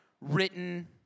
written